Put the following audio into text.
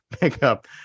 pickup